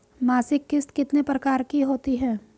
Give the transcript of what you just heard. मासिक किश्त कितने प्रकार की होती है?